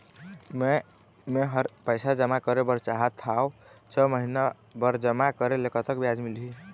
मे मेहर पैसा जमा करें बर चाहत हाव, छह महिना बर जमा करे ले कतक ब्याज मिलही?